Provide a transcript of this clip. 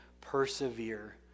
persevere